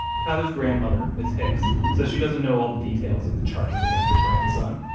tyler's grandmother, ms. hicks, says she doesn't know all the details of the charges against her grandson.